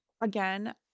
again